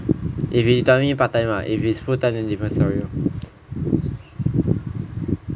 if if you tell me part time lah if it's full time then different story loh